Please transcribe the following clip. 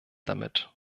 damit